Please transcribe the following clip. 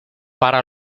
para